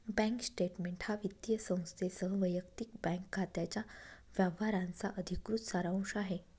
bank statement हा वित्तीय संस्थेसह वैयक्तिक बँक खात्याच्या व्यवहारांचा अधिकृत सारांश आहे